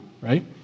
right